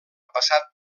passat